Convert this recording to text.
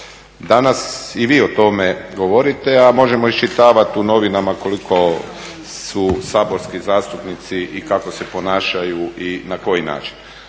Danas i vi o tome govorite, a možemo iščitavati u novinama koliko su saborski zastupnici i kako se ponašaju i na koji način.